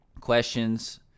Questions